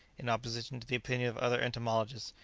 in opposition to the opinion of other entomologists,